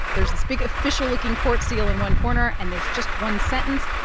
there's this big official-looking court seal in one corner, and there's just one sentence.